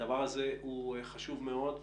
הדבר הזה הוא חשוב מאוד.